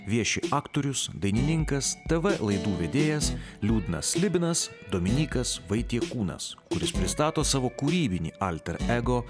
vieši aktorius dainininkas tv laidų vedėjas liūdnas slibinas dominykas vaitiekūnas kuris pristato savo kūrybinį alter ego